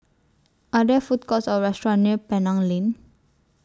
Are There Food Courts Or restaurants near Penang Lane